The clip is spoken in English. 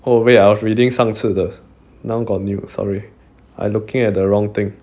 oh wait I was reading 上次的 now got new sorry I looking at the wrong thing